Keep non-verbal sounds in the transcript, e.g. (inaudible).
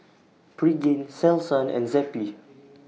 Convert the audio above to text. Pregain Selsun and (noise) Zappy